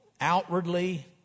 outwardly